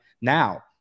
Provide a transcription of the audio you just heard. now